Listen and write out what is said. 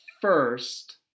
first